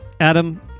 adam